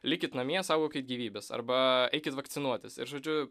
likit namie saugokit gyvybes arba eikit vakcinuotas ir žodžiu